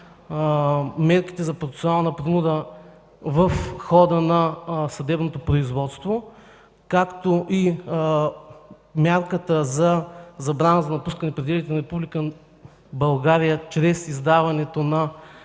мерките за процесуална принуда в хода на съдебното производство, както и мярката за забрана за напускане пределите на Република България чрез издаването на